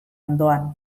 ondoan